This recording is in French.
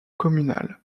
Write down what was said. communale